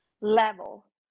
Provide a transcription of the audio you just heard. level